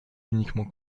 uniquement